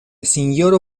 sinjoro